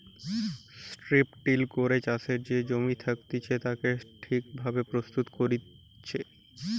strip till করে চাষের যে জমি থাকতিছে তাকে ঠিক ভাবে প্রস্তুত করতিছে